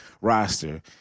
roster